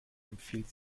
empfiehlt